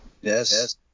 Yes